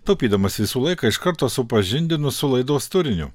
taupydamas visų laiką iš karto supažindinu su laidos turiniu